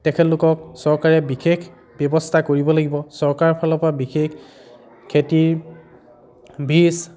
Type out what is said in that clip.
তেখেতলোকক চৰকাৰে বিশেষ ব্যৱস্থা কৰিব লাগিব চৰকাৰৰ ফালৰ পৰা বিশেষ খেতিৰ বীজ